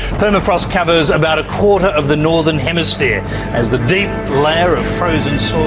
permafrost covers about a quarter of the northern hemisphere as the deep layer of frozen soil